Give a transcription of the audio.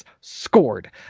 scored